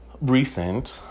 recent